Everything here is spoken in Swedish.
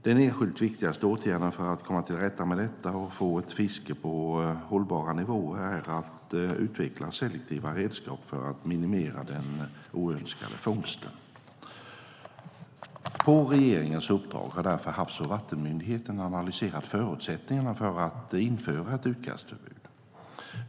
Den enskilt viktigaste åtgärden för att komma till rätta med detta och få ett fiske på hållbara nivåer är att utveckla selektiva redskap för att minimera den oönskade fångsten. På regeringens uppdrag har därför Havs och vattenmyndigheten analyserat förutsättningarna för att införa ett utkastförbud.